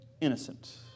innocent